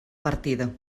partida